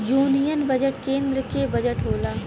union budget केन्द्र के budget होला